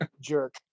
jerk